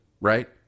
right